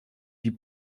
die